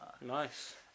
Nice